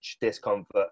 discomfort